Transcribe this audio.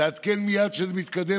תעדכן מייד כשזה מתקדם,